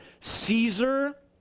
Caesar